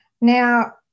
Now